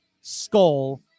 Skull